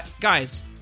Guys